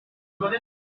souffler